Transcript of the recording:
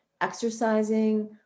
exercising